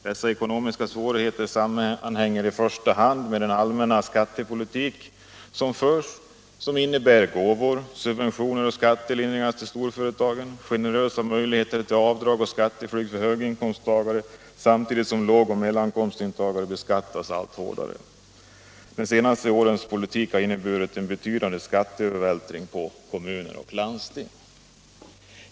Dessa ekonomiska svårigheter sammanhänger i första hand med den allmänna skattepolitik som förs, innebärande gåvor, subventioner och skattelindringar för storföretagen, generösa möjligheter till avdrag och skatteflykt för höginkomsttagare samtidigt som lågoch medelinkomsttagare beskattas allt hårdare. De senare årens politik har inneburit en betydande skatteövervältring på kommuner och landsting.